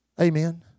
Amen